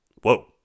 Whoa